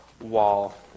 wall